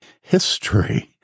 history